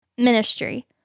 Ministry